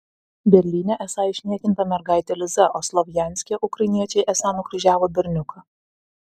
berlyne esą išniekinta mergaitė liza o slovjanske ukrainiečiai esą nukryžiavo berniuką